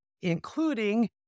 including